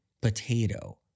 Potato